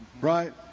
right